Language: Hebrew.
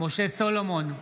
משה סולומון,